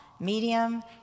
medium